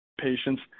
patients